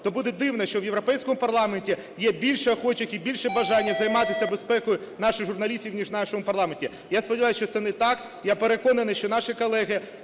то буде дивно, що в Європейському парламенті є більше охочих і більше бажання займатися безпекою наших журналістів ніж в нашому парламенті. Я сподіваюсь, що це не так. Я переконаний, що наші колеги,